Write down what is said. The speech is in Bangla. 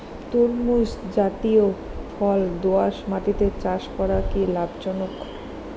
তরমুজ জাতিয় ফল দোঁয়াশ মাটিতে চাষ করা কি লাভজনক?